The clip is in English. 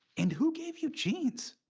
and who gave you jeans?